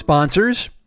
Sponsors